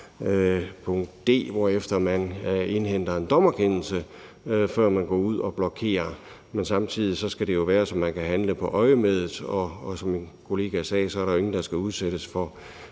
d, hvorefter man indhenter en dommerkendelse, før man går ud og blokerer, men samtidig skal det jo være sådan, at man kan handle på øjemedet, og som min kollega sagde, er der jo ingen, der skal udsættes for